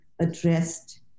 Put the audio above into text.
addressed